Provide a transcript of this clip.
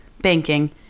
banking